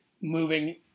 moving